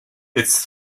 its